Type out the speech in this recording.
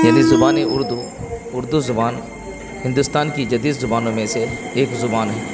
یعنی زبان اردو اردو زبان ہندوستان کی جدید زبانوں میں سے ایک زبان ہے